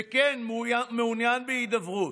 וכן, מעוניין בהידברות.